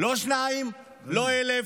לא שניים, לא אלף,